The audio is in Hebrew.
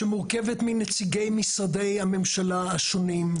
שמורכבת מנציגי משרדי הממשלה השונים.